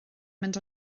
mynd